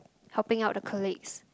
helping out the colleagues